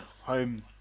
home